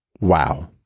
Wow